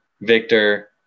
victor